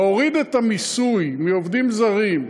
להוריד את המיסוי על עובדים זרים,